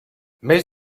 més